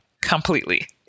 completely